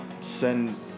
send